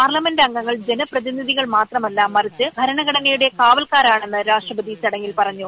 പാർലമെന്റംഗങ്ങൾ ജനപ്രതിനിധികൾ മാത്രമല്ല മറിച്ച് ഭരണഘടനയുടെ കാവൽക്കാരണെന്ന് രാഷ്ട്രപതി ചടങ്ങിൽ പറഞ്ഞു